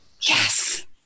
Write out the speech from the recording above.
Yes